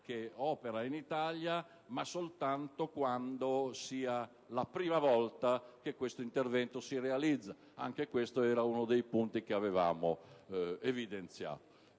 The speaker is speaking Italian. che opera in Italia, ma soltanto quando sia la prima volta che questo intervento si realizza. Anche questo era uno dei punti che avevamo evidenziato.